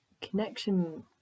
connection